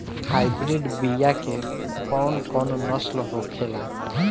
Hybrid बीया के कौन कौन नस्ल होखेला?